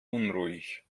unruhig